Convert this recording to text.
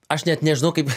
aš net nežinau kaip